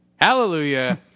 hallelujah